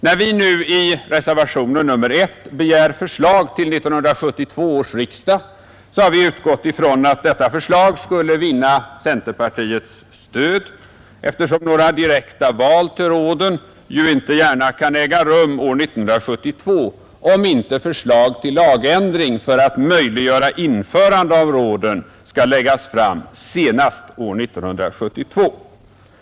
När vi nu i reservationen 1 begär förslag till 1972 års riksdag så har vi utgätt från att detta förslag skulle vinna centerpartiets stöd, eftersom några direkta val till råden inte gärna kan äga rum 1972 om inte förslag till lagändring för att möjliggöra införandet av råden läggs fram senast 1972.